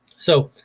so,